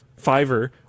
Fiverr